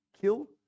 kill